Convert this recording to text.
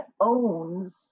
owns